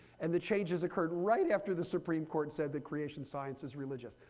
and the changes occurred right after the supreme court said that creation science is religious.